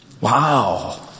Wow